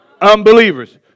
Unbelievers